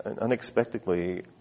unexpectedly